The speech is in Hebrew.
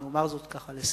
אני אומר זאת לסיום,